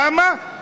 למה?